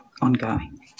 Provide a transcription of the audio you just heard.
ongoing